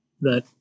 that-